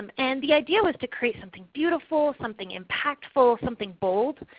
and and the idea was to create something beautiful, something impactful, something bold.